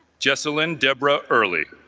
jessalyn deborah early